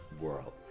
World